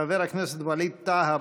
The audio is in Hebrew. חבר הכנסת ווליד טאהא,